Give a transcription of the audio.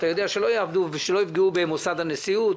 אתה יודע שלא יפגעו במוסד הנשיאות.